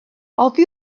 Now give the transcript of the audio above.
oddi